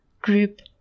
group